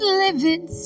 living